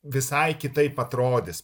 visai kitaip atrodys